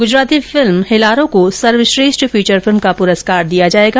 Gujarati film Hellaro को सर्वश्रेष्ठ feature film का पुरस्कार दिया जाएगा